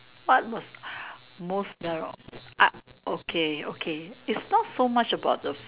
what the most food okay okay is not so much about the food